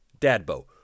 Dadbo